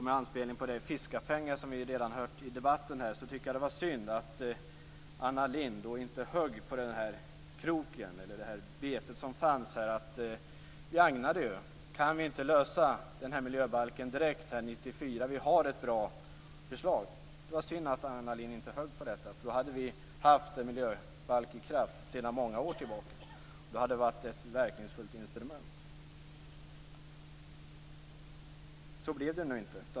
Med anspelning på det fiskafänge som vi hört om i debatten här vill jag säga att det är synd att Anna Lindh inte högg på den krok, det bete, som fanns - vi agnade ju så att säga om att lösa den här miljöbalken 1994, när vi hade ett bra förslag. Det är, som sagt, synd att Anna Lindh inte högg på detta, för då skulle vi sedan många år ha haft en miljöbalk i kraft. Det skulle ha varit ett verkningsfullt instrument. Så blev det nu inte.